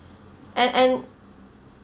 and and